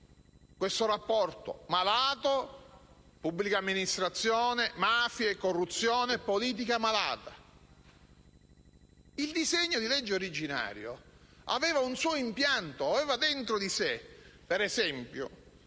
il rapporto malato tra pubblica amministrazione, mafie, corruzione e politica malata. Il disegno di legge originario aveva un suo impianto. Aveva dentro di sé - per esempio